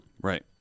Right